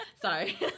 Sorry